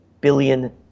billion